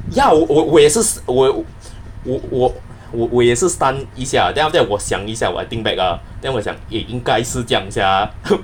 ya 我我我也是我我我我也是 stun 一下 then after that 我想一下 I think back ah then 我想应该是这样 sia